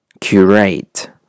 curate